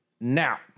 Now